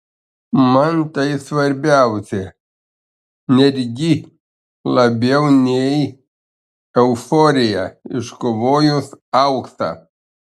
man tai svarbiausia netgi labiau nei euforija iškovojus auksą